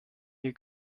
ihr